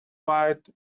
white